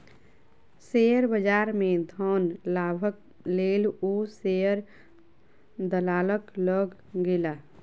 share बजार में धन लाभक लेल ओ शेयर दलालक लग गेला